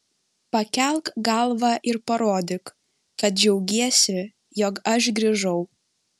pakelk galvą ir parodyk kad džiaugiesi jog aš grįžau